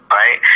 right